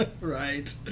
Right